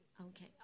Okay